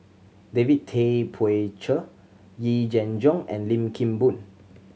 David Tay Poey Cher Yee Jenn Jong and Lim Kim Boon